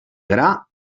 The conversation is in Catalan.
gra